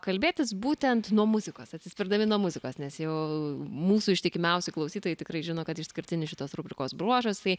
kalbėtis būtent nuo muzikos atsispirdami nuo muzikos nes jau mūsų ištikimiausi klausytojai tikrai žino kad išskirtinis šitos rubrikos bruožas tai